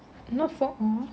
more